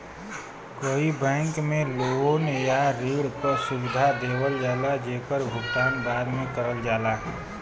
कई बैंक में लोन या ऋण क सुविधा देवल जाला जेकर भुगतान बाद में करल जाला